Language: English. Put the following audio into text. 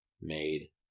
Made